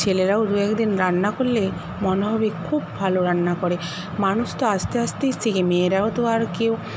ছেলেরাও দুএকদিন রান্না করলে মনে হবে খুব ভালো রান্না করে মানুষ তো আসতে আসতেই শেখে মেয়েরাও তো আর কেউ